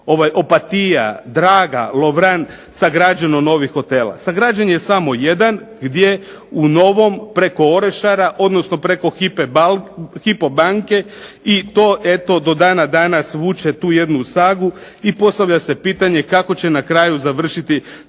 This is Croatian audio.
Opatija, Draga, Lovran sagrađeno novih hotela? Sagrađen je samo jedan gdje u Novom preko Orešara odnosno preko Hypo banke i to eto do dana danas vuče tu jednu sagu i postavlja se pitanje kako će na kraju završiti